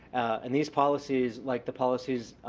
and these policies like the policies